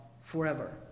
forever